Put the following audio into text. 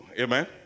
Amen